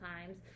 times